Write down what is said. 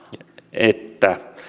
että